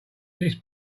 this